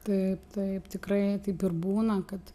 taip taip tikrai taip ir būna kad